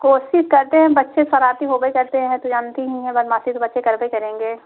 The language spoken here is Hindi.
कोशिश करते हैं बच्चे शरारती होबै करते हैं यह जानती ही हैं बदमाशी तो बच्चे करबै करेंगे